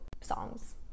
songs